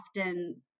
often